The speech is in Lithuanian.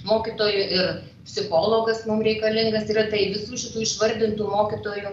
mokytojų ir psichologas mum reikalingas retai visų šitų išvardintų mokytojų